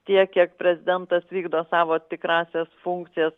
tiek kiek prezidentas vykdo savo tikrąsias funkcijas